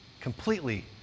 Completely